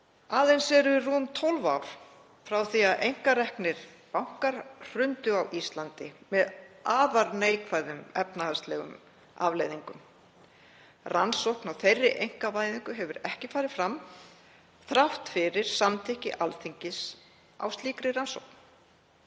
Aðeins eru rúm 12 ár frá því að einkareknir bankar hrundu á Íslandi með afar neikvæðum efnahagslegum afleiðingum. Rannsókn á þeirri einkavæðingu hefur ekki farið fram, þrátt fyrir samþykki Alþingis á slíkri rannsókn.